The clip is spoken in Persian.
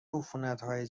عفونتهای